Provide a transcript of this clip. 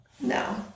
No